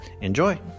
Enjoy